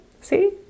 See